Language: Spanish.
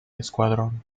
escuadrón